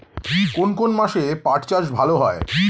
কোন কোন মাসে পাট চাষ ভালো হয়?